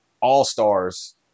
all-stars